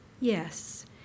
Yes